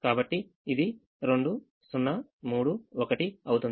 కాబట్టి ఇది 2 0 3 1 అవుతుంది